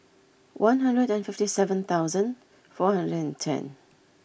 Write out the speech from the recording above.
one hundred and fifty seven thousand four hundred and ten